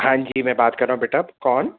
ہاں جی میں بات کر رہا ہوں بیٹا آپ کون